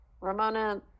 Ramona